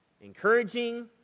encouraging